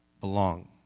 belong